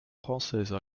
française